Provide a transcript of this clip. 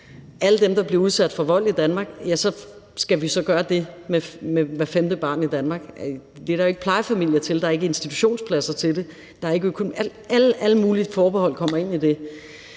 alle dem, der bliver udsat for vold i Danmark, for så skulle vi så gøre det med hvert femte barn i Danmark. Det er der jo ikke plejefamilier til, der er ikke institutionspladser til det, der er ikke økonomi – alle mulige forbehold kommer ind i det.